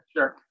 Sure